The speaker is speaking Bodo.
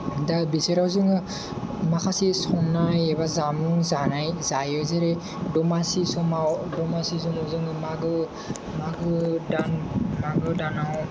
दा बिसोराव जोङो माखासे संनाय एबा जामुं जानाय जायो जेरै दमासि समाव दमासि समाव जोङो मागो मागो दान मागो दानाव